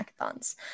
hackathons